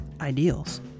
ideals